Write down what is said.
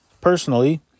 Personally